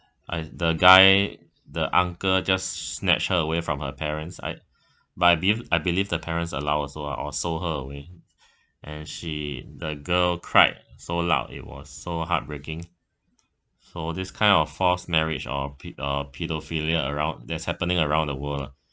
and the guy the uncle just snatched her away from her parents I but I believe I believe the parents allow also lah or sold her away and she the girl cried so loud it was so heartbreaking so this kind of forced marriage of pea~ uh paedophilia around that's happening around the world lah